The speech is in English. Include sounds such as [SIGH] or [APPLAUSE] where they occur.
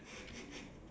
[BREATH]